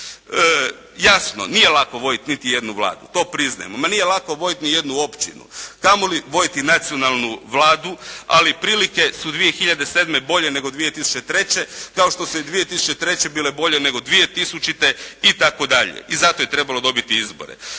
Jasno, nije lako voditi niti jednu Vladu. To priznajemo. Ma nije lako voditi ni jednu općinu, kamoli voditi nacionalnu Vladu, ali prilike su 2007. bolje nego 2003. kao što su i 2003. bile bolje nego 2000. itd. i zato je trebalo dobiti izbore.